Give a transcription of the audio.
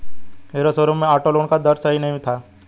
hero showroom में auto loan का दर सही नहीं था